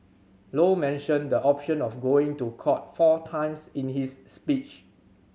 low mentioned the option of going to court four times in his speech